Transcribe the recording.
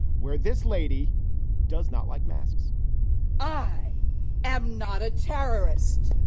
where this lady does not like masks i am not a terrorist.